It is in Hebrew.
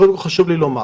חשוב לי לומר